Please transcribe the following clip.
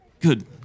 Good